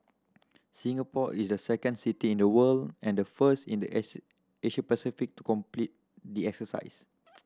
Singapore is the second city in the world and the first in the Asia Asia Pacific to complete the exercise